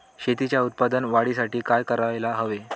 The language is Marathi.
शेतीच्या उत्पादन वाढीसाठी काय करायला हवे?